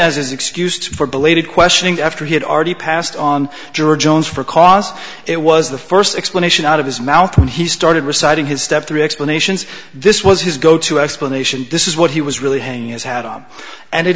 again as excused for belated questioning after he had already passed on george jones for cause it was the first explanation out of his mouth when he started reciting his step three explanations this was his go to explanation this is what he was really hang his hat on and it